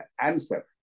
answer